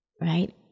right